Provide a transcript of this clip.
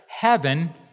Heaven